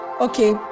okay